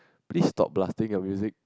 please stop blasting your music